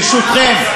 ברשותכם,